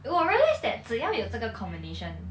eh 我 realise that 只要有这个 combination